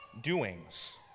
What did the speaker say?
doings